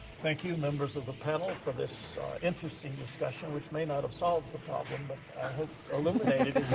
thank you, members of the panel, for this interesting discussion which may not have solved the problem but i hope illuminated